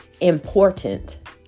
important